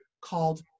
called